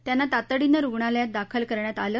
त्यांना तातडीने रुग्णालयात दाखल करण्यात आले